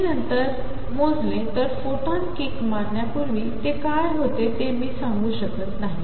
मीनंतरमोजलेतरफोटॉनकिकमारण्यापूर्वीतेकायहोतेतेमीसांगूशकतनाही